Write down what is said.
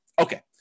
Okay